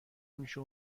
میشه